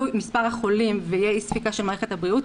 מספר החולים ותהיה אי ספיקה של מערכת הבריאות,